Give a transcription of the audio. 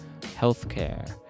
healthcare